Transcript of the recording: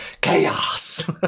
chaos